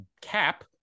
cap